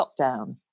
lockdown